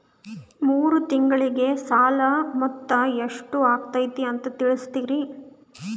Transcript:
ಮೂರು ತಿಂಗಳಗೆ ಸಾಲ ಮೊತ್ತ ಎಷ್ಟು ಆಗೈತಿ ಅಂತ ತಿಳಸತಿರಿ?